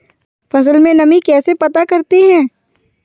फसल में नमी कैसे पता करते हैं?